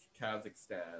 Kazakhstan